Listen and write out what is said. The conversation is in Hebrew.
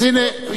אז הנה,